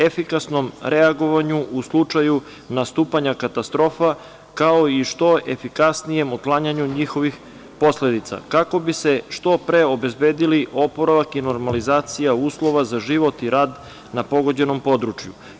Efikasnom reagovanju u slučaju nastupanja katastrofa, kao i što efikasnijem otklanjanju njihovih posledica kako bi se što pre obezbedili oporavak i normalizacija uslova za život i rad na pogođenom području.